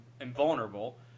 invulnerable